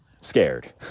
scared